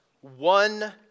One